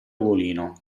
ugolino